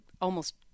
almost-